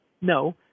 No